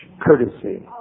courtesy